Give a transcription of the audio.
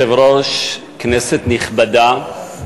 אדוני היושב-ראש, כנסת נכבדה,